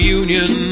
union